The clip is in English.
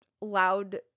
loud